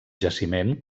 jaciment